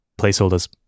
placeholders